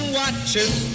watches